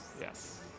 Yes